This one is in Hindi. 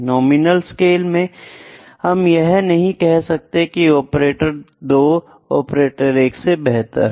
नॉमिनल स्केल में हम यह नहीं कह सकते की ऑपरेटर 2 ऑपरेटर 1 से बेहतर है